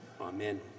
amen